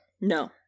No